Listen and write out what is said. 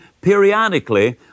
periodically